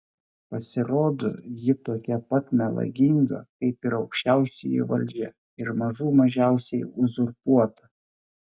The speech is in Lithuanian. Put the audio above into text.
pasirodo ji tokia pat melaginga kaip ir aukščiausioji valdžia ir mažų mažiausiai uzurpuota